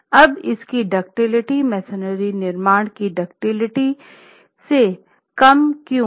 अब इसकी ductility masonry निर्माण की दुकतिलिटी से कम क्यों है